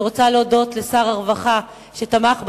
אני רוצה להודות לשר הרווחה שתמך בחוק,